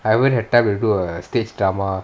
I even had time to do a stage drama